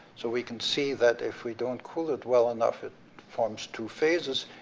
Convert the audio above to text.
so we can see that if we don't cool it well enough, it forms two phases.